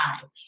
time